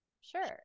Sure